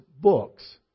books